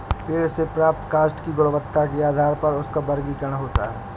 पेड़ से प्राप्त काष्ठ की गुणवत्ता के आधार पर उसका वर्गीकरण होता है